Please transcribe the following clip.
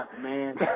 Man